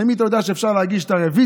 תמיד אתה יודע שאפשר להגיש את הרוויזיה,